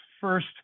first